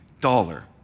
dollar